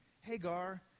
Hagar